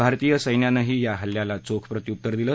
भारतीय सैन्यानंही या हल्ल्याला चोख प्रत्युत्तर दिलं